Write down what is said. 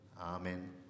Amen